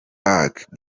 park